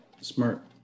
smart